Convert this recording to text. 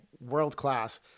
world-class